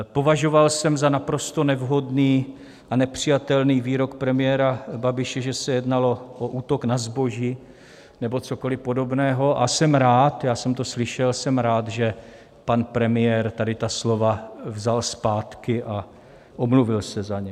Považoval jsem za naprosto nevhodný a nepřijatelný výrok premiéra Babiše, že se jednalo o útok na zboží nebo cokoli podobného, a jsem rád, že jsem to slyšel, a jsem rád, že pan premiér tady ta slova vzal zpátky a omluvil se za ně.